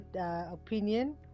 opinion